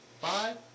Five